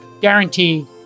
guarantee